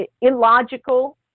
illogical